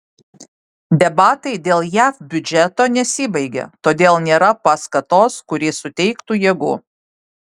debatai dėl jav biudžeto nesibaigia todėl nėra paskatos kuri suteiktų jėgų